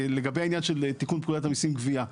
לגבי העניין של תיקון פקודת המיסים (גבייה).